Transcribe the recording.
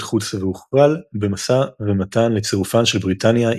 חוץ והוחל במשא ומתן לצירופן של בריטניה,